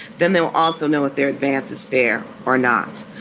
then they'll also know what their advance is, fair or not.